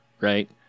right